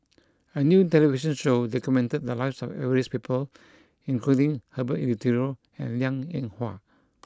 a new television show documented the lives of various people including Herbert Eleuterio and Liang Eng Hwa